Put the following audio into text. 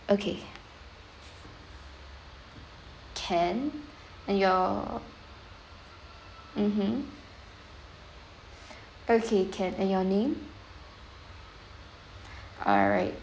okay can and your mmhmm okay can and your name alright